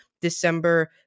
December